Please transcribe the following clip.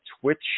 Twitch